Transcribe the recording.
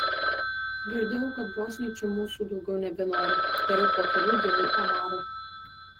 girdėjau kad bosniai čia mūsų daugiau nebenori tariau po kelių dienų omarui